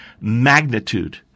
magnitude